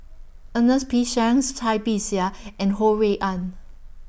Ernest P Shanks Cai Bixia and Ho Rui An